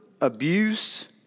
abuse